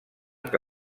que